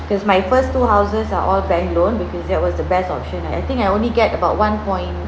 because my first two houses are all bank loan because that was the best option I I think I only get about one point